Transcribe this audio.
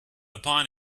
upon